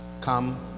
Come